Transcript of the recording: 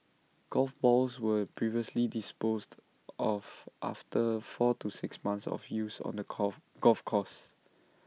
golf balls were previously disposed of after four to six months of use on the course golf course